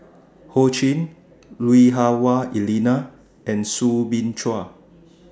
Ho Ching Lui Hah Wah Elena and Soo Bin Chua